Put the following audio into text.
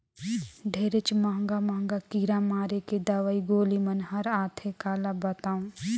ढेरेच महंगा महंगा कीरा मारे के दवई गोली मन हर आथे काला बतावों